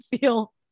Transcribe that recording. feel